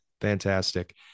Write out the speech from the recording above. fantastic